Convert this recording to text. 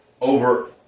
over